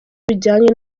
bijyanye